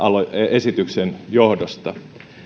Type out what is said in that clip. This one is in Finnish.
esityksen johdosta